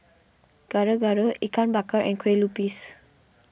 Gado Gado Ikan Bakar and Kueh Lupis